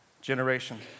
generation